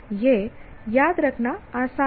यह याद रखना आसान है